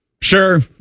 Sure